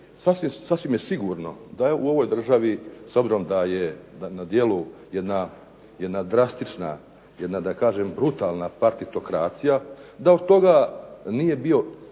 sasvim je sigurno da je u ovoj državi s obzirom da je na djelu jedna drastična, jedna da kažem brutalna partitokracija, da od toga nije bio